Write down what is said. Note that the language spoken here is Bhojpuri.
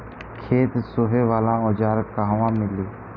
खेत सोहे वाला औज़ार कहवा मिली?